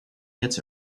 gets